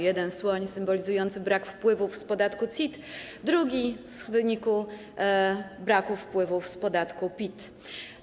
Jeden słoń symbolizujący brak wpływów z podatku CIT, drugi - w wyniku braku wpływów z podatku PIT.